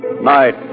Night